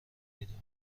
میدونی